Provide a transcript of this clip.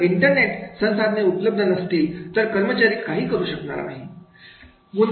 जर इंटरनेट संसाधने उपलब्ध नसतील तर कर्मचारी काही करू शकणार नाहीत